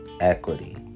equity